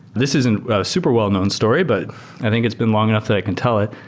this is and a super well-known story, but i think it's been long enough that i can tell it.